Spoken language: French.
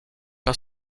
pas